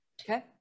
Okay